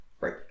Right